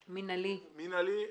מינהלי,